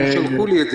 הם צירפו לי את זה.